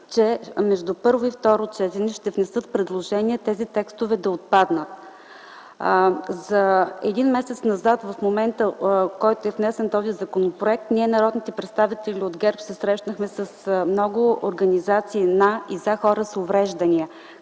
че между първо и второ четене ще внесат предложение тези текстове да отпаднат. За един месец назад, от момента, в който е внесен този законопроект, ние – народните представители от ГЕРБ, се срещнахме с много организации на и за хора с увреждания,